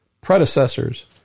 predecessors